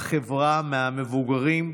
למבוגרים,